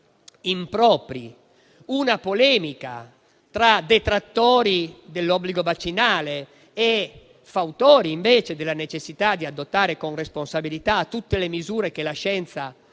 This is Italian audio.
una polemica tra detrattori dell'obbligo vaccinale e fautori della necessità di adottare con responsabilità tutte le misure che la scienza